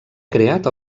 creat